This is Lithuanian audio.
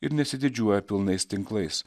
ir nesididžiuoja pilnais tinklais